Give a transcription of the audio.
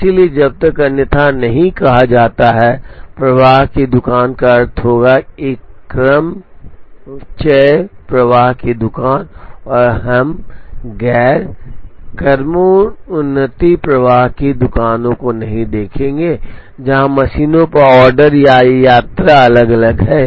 इसलिए जब तक अन्यथा नहीं कहा जाता है प्रवाह की दुकान का अर्थ होगा एक क्रमचय प्रवाह की दुकान और हम गैर क्रमोन्नति प्रवाह की दुकानों को नहीं देखेंगे जहां मशीनों पर ऑर्डर या यात्रा अलग अलग हैं